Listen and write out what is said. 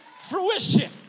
fruition